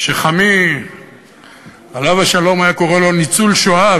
שחמי עליו השלום היה קורא לו "ניצוּל שואה",